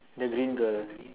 the green girl ah